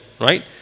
right